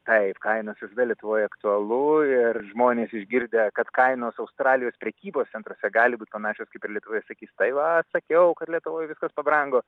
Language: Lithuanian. taip kainos visada lietuvoj aktualu ir žmonės išgirdę kad kainos australijos prekybos centruose gali būt panašios kaip ir lietuvoje sakys tai vat sakiau kad lietuvoj viskas pabrango